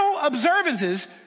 observances